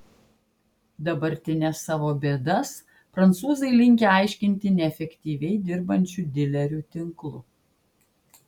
dabartines savo bėdas prancūzai linkę aiškinti neefektyviai dirbančiu dilerių tinklu